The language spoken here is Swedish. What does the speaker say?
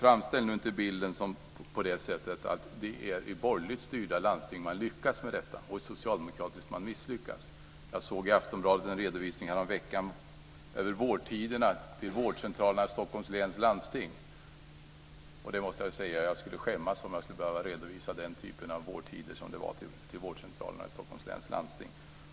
Framställ det inte som om det är i borgerligt styrda landsting man lyckas med detta och i socialdemokratiskt styrda landsting man misslyckas. Jag såg i Aftonbladet häromveckan en redovisning av kötiderna till vårdcentralerna i Stockholms läns landsting. Jag skulle skämmas om jag skulle behöva redovisa den typ av vårdköer som det var till vårdcentralerna i Stockholms läns landsting.